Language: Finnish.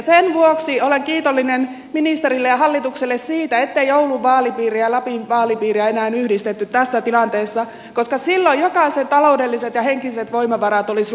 sen vuoksi olen kiitollinen ministerille ja hallitukselle siitä ettei oulun vaalipiiriä ja lapin vaalipiiriä enää yhdistetty tässä tilanteessa koska silloin jokaisen taloudelliset ja henkiset voimavarat olisivat loppuneet